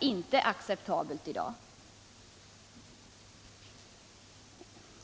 inte detua acceptabelt i dag.